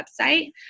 website